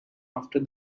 after